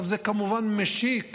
זה כמובן משיק